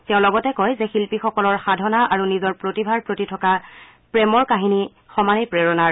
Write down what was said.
তেওঁ লগতে কয় যে শিল্পীসকলৰ সাধনা আৰু নিজৰ প্ৰতিভাৰ প্ৰতি থকা প্ৰেমৰ কাহিনী সমানেই প্ৰেৰণাৰ